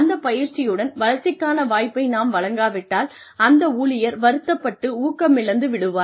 அந்த பயிற்சியுடன் வளர்ச்சிக்கான வாய்ப்பை நாம் வழங்காவிட்டால் அந்த ஊழியர் வருத்தப்பட்டு ஊக்கமிழந்து விடுவார்